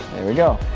there we go.